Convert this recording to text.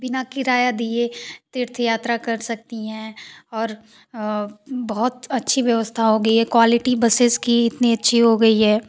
बिना किराया दिये तीर्थ यात्रा कर सकती हैं और बहुत अच्छी व्यवस्था हो गई है क्वालिटी बसेज की इतनी अच्छी हो गई है